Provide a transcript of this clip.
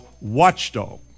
watchdog